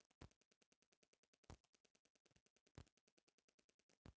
social media marketing आजकल ज्यादा चर्चा में बा